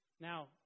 Now